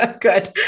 good